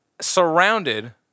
surrounded